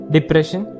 Depression